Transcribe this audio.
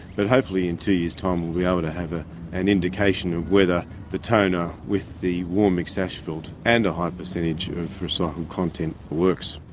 but hopefully in two years' time we'll be able to have ah an indication of whether the toner with the warm-mix asphalt and a high percentage of recycled content works.